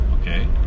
okay